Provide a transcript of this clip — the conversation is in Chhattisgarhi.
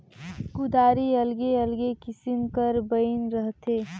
कुदारी अलगे अलगे किसिम कर बइन रहथे